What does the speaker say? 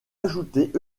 ajoutées